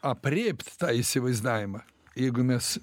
aprėpt tą įsivaizdavimą jeigu mes